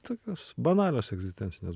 tokios banalios egzistencinės